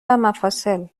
مفاصل